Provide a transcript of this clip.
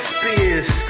Spears